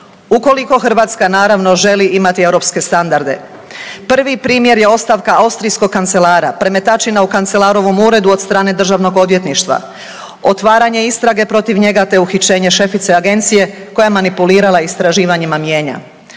Ukoliko Hrvatska naravno želi imati europske standarde. Prvi primjer je ostavka austrijskog Kancelara, premetačina u kancelarovom uredu od strane Državnog odvjetništva, otvaranje istrage protiv njega, te uhićenje šefice Agencije koja je manipulirala istraživanjima mijenja.